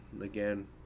again